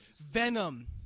Venom